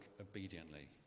obediently